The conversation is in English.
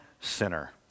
sinner